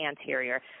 anterior